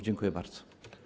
Dziękuję bardzo.